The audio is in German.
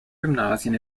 gymnasien